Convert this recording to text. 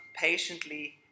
patiently